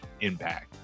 impact